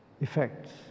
effects